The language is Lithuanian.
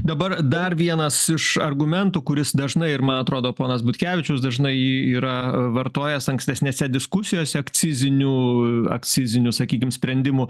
dabar dar vienas iš argumentų kuris dažnai ir man atrodo ponas butkevičius dažnai jį yra vartojęs ankstesnėse diskusijose akcizinių akcizinių sakykim sprendimų